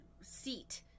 seat